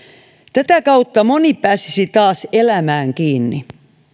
tätä kautta moni pääsisi taas elämään kiinni